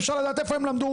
אפשר לדעת איפה הם למדו?